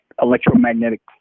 electromagnetic